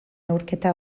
neurketa